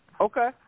Okay